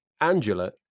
Angela